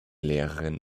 lehrerin